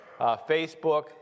Facebook